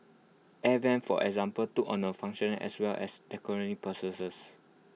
air Vents for example took on functional as well as decorative